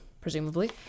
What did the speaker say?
presumably